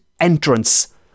entrance